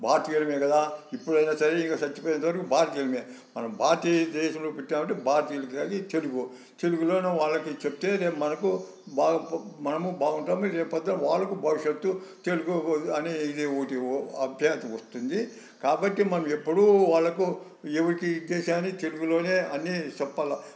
భారతీయులమే కదా ఇప్పుడైనా సరే ఇంకా చచ్చిపోయేంతవరకు భారతీయులమే మనం భారతీయ దేశంలో పుట్టామంటే భారతీయులు తెలుగు తెలుగులోనే వాళ్ళకి చెబితే రేపు మనకు బాగు మనము బాగుంటాము రేపు పొద్దున వాళ్ళకి భవిష్యత్తు తెలుగు అనే ఇది ఒకటి అభ్యాసం వస్తుంది కాబట్టి మనం ఎప్పుడూ వాళ్ళకు ఏమిటి ఉద్దేశాన్ని తెలుగులోనే అని చెప్పాలా